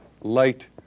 light